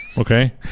Okay